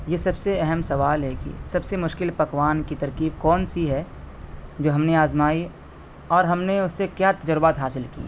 یہ سب سے اہم سوال ہے کہ سب سے مشکل پکوان کی ترکیب کون سی ہے جو ہم نے آزمائی اور ہم نے اس سے کیا تجربات حاصل کیے